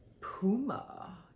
Puma